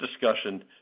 discussion